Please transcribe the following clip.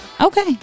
Okay